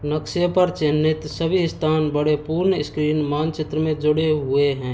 नक्शे पर चिह्नित सभी स्थान बड़े पूर्ण स्क्रीन मानचित्र में जुड़े हुए हैं